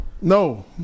No